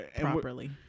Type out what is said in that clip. properly